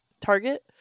target